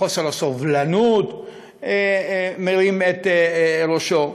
חוסר הסובלנות מרים את ראשו.